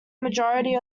majority